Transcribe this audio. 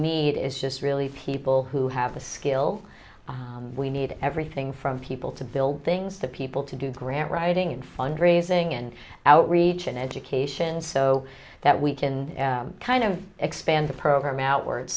need is just really people who have the skill we need everything from people to build things to people to do grant writing and fundraising and outreach and education so that we can kind of expand the program outwards